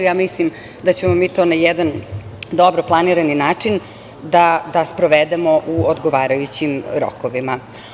Ja mislim da ćemo mi to na jedan dobro planirani način da sprovedemo u odgovarajućim rokovima.